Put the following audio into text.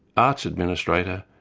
arts administrator,